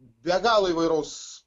be galo įvairaus